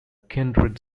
kindred